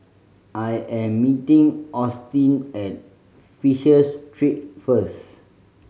I am meeting Austyn at Fisher Street first